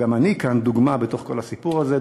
גם אני כאן דוגמה בתוך כל הסיפור הזה,